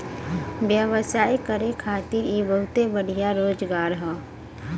व्यवसाय करे खातिर इ बहुते बढ़िया रोजगार हौ